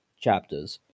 chapters